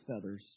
feathers